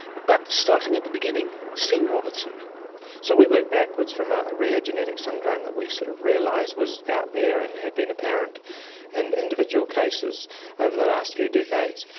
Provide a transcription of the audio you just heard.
but, starting at the beginning, stephen robertson so we worked backwards from a rare genetic syndrome that we sort of realised was out there and had been apparent in individual cases over the last few decades,